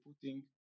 putting